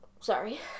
Sorry